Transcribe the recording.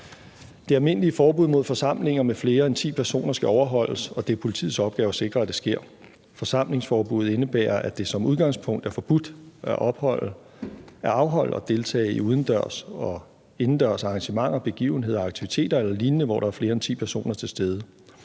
Det almindelige forbud mod forsamlinger med flere end ti personer skal overholdes, og det er politiets opgave at sikre, at det sker. Forsamlingsforbuddet indebærer, at det som udgangspunkt er forbudt at afholde og deltage i udendørs og indendørs arrangementer, begivenheder, aktiviteter eller lignende, hvor der er flere end ti personer til stede.